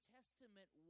Testament